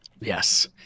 yes